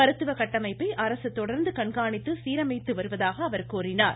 மருத்துவ கட்டமைப்பை அரசு தொடா்ந்து கண்காணித்து சீரமைத்து வருவதாக அவா் கூறினார்